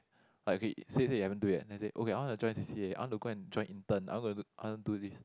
like okay say say you haven't do yet then say okay I want to join C_C_A I want to go and join intern I gonna do I want to do this